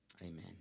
Amen